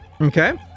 Okay